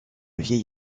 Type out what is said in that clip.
vieil